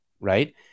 right